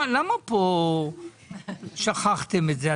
למה פה שכחתם את זה?